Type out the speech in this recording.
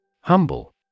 Humble